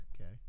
Okay